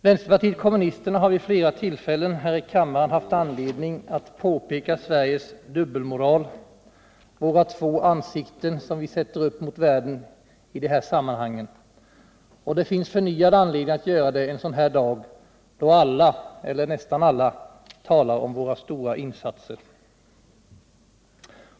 Vänsterpartiet kommunisterna har vid flera tillfällen här i kammaren haft anledning att påpeka Sveriges dubbelmoral, våra två ansikten som vi sätter upp mot världen i de här sammanhangen. Det finns förnyad anledning att göra det en sådan här dag då alla, eller nästan alla, talar om våra stora insatser.